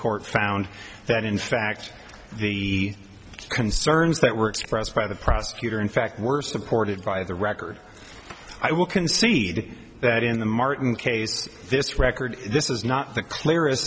court found that in fact the concerns that were expressed by the prosecutor in fact were supported by the record i will concede that in the martin case this record this is not the clearest